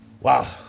wow